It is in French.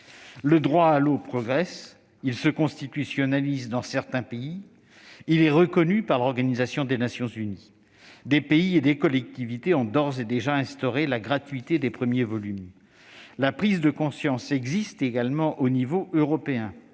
Le droit à l'eau progresse ; il se constitutionnalise dans certains pays ; il est reconnu par l'Organisation des Nations unies. Des pays et des collectivités ont d'ores et déjà instauré la gratuité des premiers volumes. La prise de conscience existe également au niveau européen